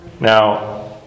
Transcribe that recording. Now